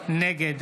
נגד